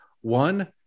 one